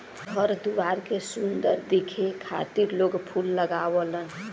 घर दुआर के सुंदर दिखे खातिर लोग फूल लगावलन